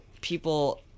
people